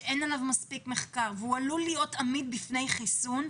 שאין עליו מספיק מחקר והוא עלול להיות עמיד בפני חיסון,